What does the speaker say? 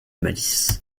malice